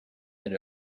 that